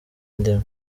indimi